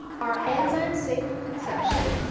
are enzymes safe for consumption?